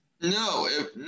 No